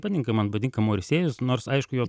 patinka man patinka morisėjus nors aišku jo